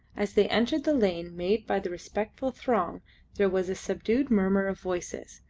as they entered the lane made by the respectful throng there was a subdued murmur of voices,